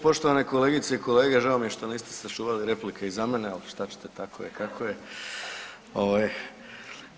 Poštovane kolegice i kolege žao mi je što niste sačuvali replike i za mene, ali šta ćete tako je kako je ovaj.